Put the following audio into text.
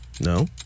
No